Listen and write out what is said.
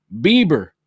Bieber